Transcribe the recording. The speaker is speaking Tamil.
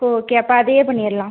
ஓ ஓகே அப்போ அதையே பண்ணிடலாம்